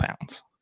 pounds